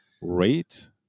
Rate